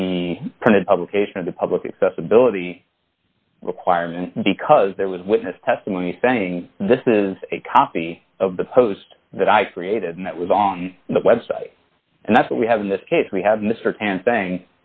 the printed publication of the public accessibility requirement because there was witness testimony saying this is a copy of the post that i created and that was on the website and that's what we have in this case we have m